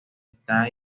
está